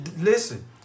listen